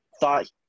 thought